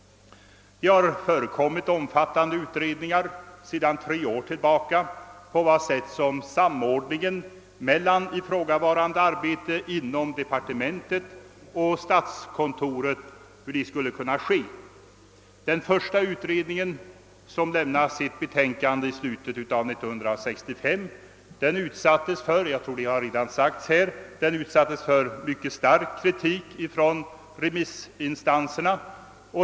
Under de tre senaste åren har det gjorts omfattande utredningar om hur samordningen av ifrågavarande arbete mellan departementet och statskontoret bör ske. Den första utredningen, som avlämnade sitt betänkande i slutet av 1965, utsattes — det har redan tidigare nämnts i debatten — för en mycket stark kritik från remissinstanserna.